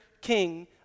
king